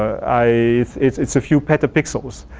i it's a few beta pixels.